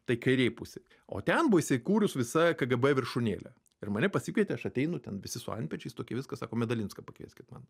tai kairėj pusėj o ten buvo įsikūrus visa kgb viršūnėlė ir mane pasikvietė aš ateinu ten visi su antpečiais tokie viskas sako medalinską pakvieskit man